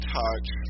touch